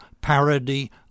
parody